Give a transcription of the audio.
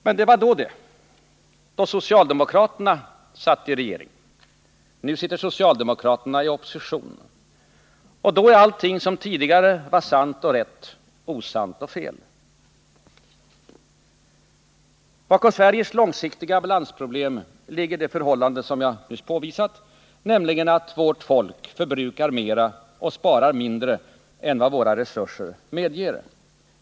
Men det var då det — då socialdemokraterna satt i regeringen. Nu sitter socialdemokraterna i opposition. Och då är allt vad som tidigare var sant och rätt osant och fel. Bakom Sveriges långsiktiga obalansproblem ligger det förhållande som jag nyss påvisat, nämligen att vårt folk förbrukar mer och sparar mindre än vad våra resurser medger.